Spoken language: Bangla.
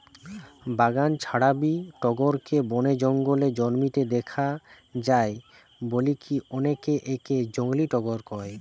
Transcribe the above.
বাগান ছাড়াবি টগরকে বনে জঙ্গলে জন্মিতে দেখা যায় বলিকি অনেকে একে জংলী টগর কয়